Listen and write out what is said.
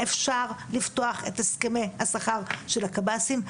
אפשר לפתוח את הסכמי השכר של הקב"סים,